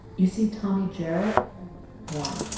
you see, tommy jarrett won